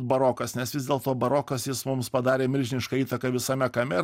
barokas nes vis dėlto barokas jis mums padarė milžinišką įtaką visame kame